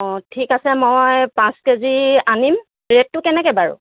অঁ ঠিক আছে মই পাঁচ কেজি আনিম ৰেটটো কেনেকৈ বাৰু